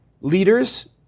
leaders